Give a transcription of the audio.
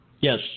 Yes